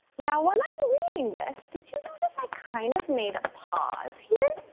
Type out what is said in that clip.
now when i'm reading this, did you notice i kind of made a pause here?